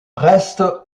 reste